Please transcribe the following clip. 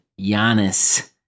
Giannis